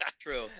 True